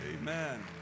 Amen